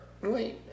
Wait